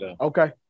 Okay